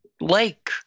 lake